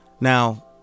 Now